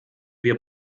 wir